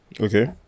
okay